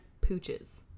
pooches